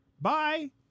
Bye